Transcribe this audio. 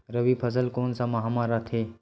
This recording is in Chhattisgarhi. रबी फसल कोन सा माह म रथे?